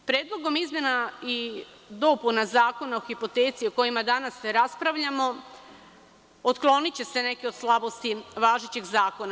Predlogom izmena i dopuna Zakona o hipoteci, o kojima danas raspravljamo, otkloniće se neke od slabosti važećeg zakona.